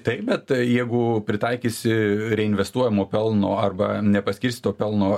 taip bet jeigu pritaikysi reinvestuojamo pelno arba nepaskirstyto pelno